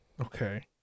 Okay